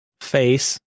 face